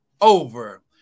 over